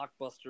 blockbuster